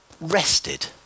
rested